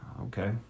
Okay